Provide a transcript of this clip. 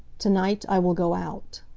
tonight i will go out.